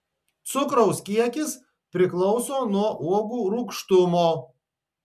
cukraus kiekis priklauso nuo uogų rūgštumo